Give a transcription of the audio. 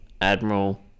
Admiral